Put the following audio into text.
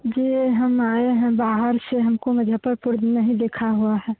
जी हम आए हैं बाहर से हमको मुजफ्फरपुर नहीं देखा हुआ है